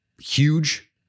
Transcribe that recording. huge